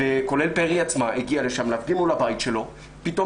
כולל פרי עצמה הגיעה לשם להפגין מול הבית שלו פתאום